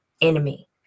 enemy